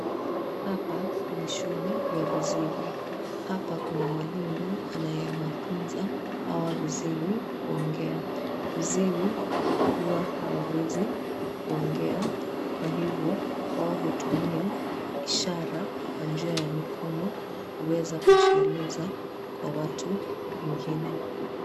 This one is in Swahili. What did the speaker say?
Hapa ni shule ya viziwi. Hapa kuna mwalimu anayewafunza hawa viziwi kuongea. Viziwi huwa hawawezi kuongea kwa hivo wao hutumia ishara kwa njia ya mikono kuweza kujieleza kwa watu wengine.